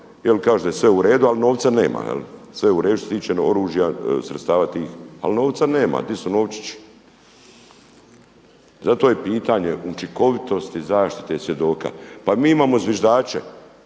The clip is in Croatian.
oni kažu da je sve u redu ali novac nema. Sve je u redu što se tiče oružja, sredstava tih ali novca nema, di su novčići? Zato je pitanje učinkovitosti zaštite svjedoka. Pa mi imao zviždače,